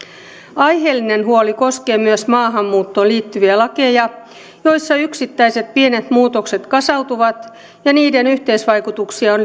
aiheellinen huoli koskee myös maahanmuuttoon liittyviä lakeja joissa yksittäiset pienet muutokset kasautuvat ja niiden yhteisvaikutuksia on